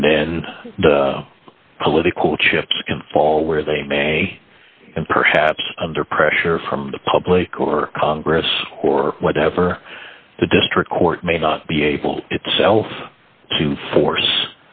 and then the political chips fall where they may and perhaps under pressure from the public or congress or whatever the district court may not be able itself to force